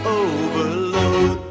overload